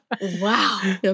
Wow